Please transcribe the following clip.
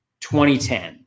2010